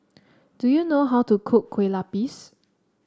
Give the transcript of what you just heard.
do you know how to cook Kueh Lapis